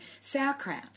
sauerkraut